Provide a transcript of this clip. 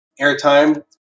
airtime